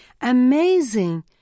amazing